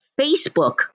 Facebook